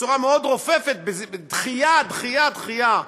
בצורה מאוד רופפת, בדחייה, דחייה, דחייה,